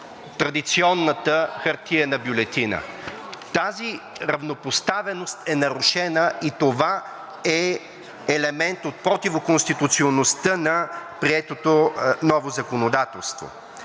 традиционната хартиена бюлетина. Тази равнопоставеност е нарушена и това е елемент от противоконституционността на приетото ново законодателство.